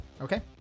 Okay